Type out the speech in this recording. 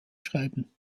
schreiben